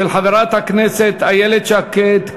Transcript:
של חברת הכנסת איילת שקד,